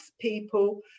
people